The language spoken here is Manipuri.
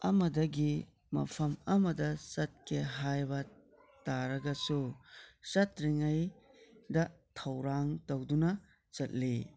ꯑꯃꯗꯒꯤ ꯃꯐꯝ ꯑꯃꯗ ꯆꯠꯀꯦ ꯍꯥꯏꯕ ꯇꯔꯒꯁꯨ ꯆꯠꯇ꯭ꯔꯤꯉꯩꯗ ꯊꯧꯔꯥꯡ ꯇꯧꯗꯨꯅ ꯆꯠꯂꯤ